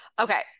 okay